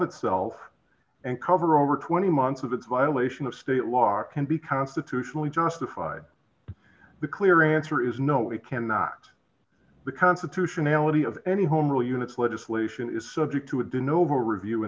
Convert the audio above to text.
itself and cover over twenty months of its violation of state law or can be constitutionally justified the clear answer is no it cannot the constitutionality of any home rule units legislation is subject to a do novo review in